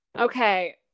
Okay